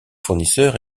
fournisseurs